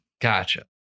Gotcha